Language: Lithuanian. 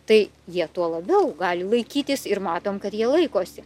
tai jie tuo labiau gali laikytis ir matom kad jie laikosi